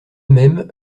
même